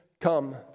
come